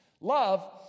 Love